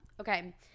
Okay